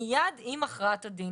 מיד עם הכרעת הדין.